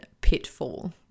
pitfall